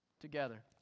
together